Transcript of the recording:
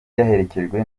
yaherekejwe